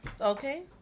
Okay